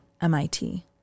MIT